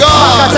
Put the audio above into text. God